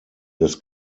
des